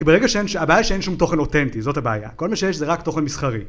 כי ברגע ש... הבעיה שאין שום תוכן אותנטי, זאת הבעיה. כל מה שיש זה רק תוכן מסחרי.